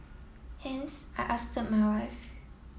hence I asked my wife